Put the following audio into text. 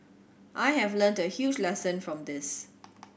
I have learnt a huge lesson from this